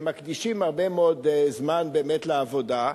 הם מקדישים הרבה מאוד זמן באמת לעבודה.